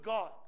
God